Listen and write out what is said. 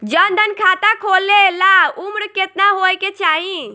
जन धन खाता खोले ला उमर केतना होए के चाही?